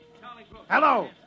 Hello